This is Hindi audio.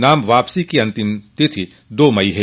नाम वापसी की अंतिम तिथि दो मई है